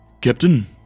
Captain